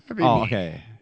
okay